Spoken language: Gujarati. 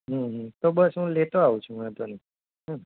હમ હમ તો બસ હું લેતો આવું છું વાંધો નહીં હોં ને